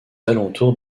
alentours